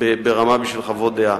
ברמה כדי לחוות דעה,